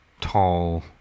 tall